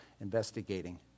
investigating